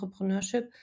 entrepreneurship